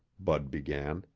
bud began.